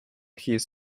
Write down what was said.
his